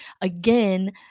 Again